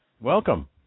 Welcome